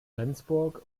rendsburg